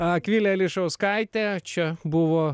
akvilė ališauskaitė čia buvo